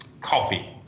coffee